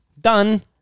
done